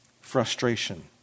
Frustration